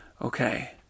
okay